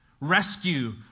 Rescue